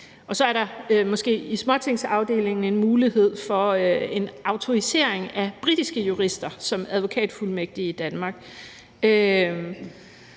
også, måske i småtingsafdelingen, en mulighed for en autorisering af britiske jurister som advokatfuldmægtige i Danmark.